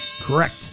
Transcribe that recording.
Correct